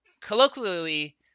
colloquially